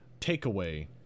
takeaway